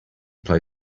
play